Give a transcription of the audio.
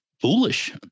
foolish